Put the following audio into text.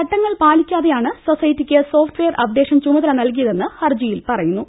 ചട്ടങ്ങൾ പാലിക്കാതെയാണ് സൊസൈറ്റിക്ക് സോഫ്റ്റ് വെയർ അപ്ഡേഷൻ ചുമതല നൽകിയതെന്ന് ഹർജിയിൽ പറയു ന്നു